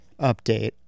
update